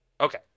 Okay